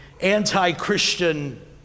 anti-Christian